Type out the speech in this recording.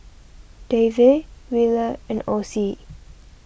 Davey Williard and Ocie